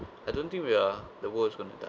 I don't think we are the world is going to die